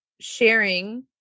sharing